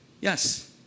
Yes